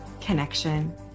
connection